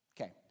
Okay